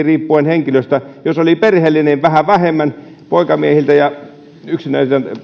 riippuen henkilöstä jos oli perheellinen vähän vähemmän poikamiehiltä ja yksin